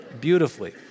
beautifully